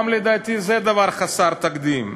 לדעתי גם זה דבר חסר תקדים.